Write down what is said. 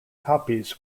copies